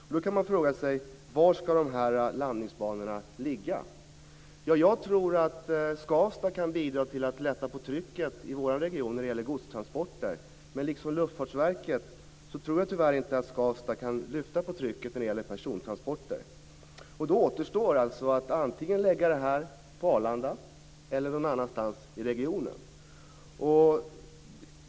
Man kan då fråga sig var de landningsbanorna ska ligga. Jag tror att Skavsta kan bidra till att lätta på trycket i vår region när det gäller godstransporter. Men liksom Luftfartsverket tror jag tyvärr inte att Skavsta kan lätta på trycket när det gäller persontransporter. Då återstår att lägga det antingen på Arlanda eller någon annanstans i regionen.